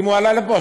אם הוא עלה לפה,